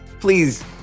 please